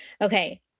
Okay